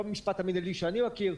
לא עם המשפט המנהלי שאני מכיר.